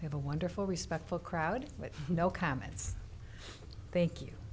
have a wonderful respectful crowd with no comments thank you